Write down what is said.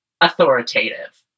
authoritative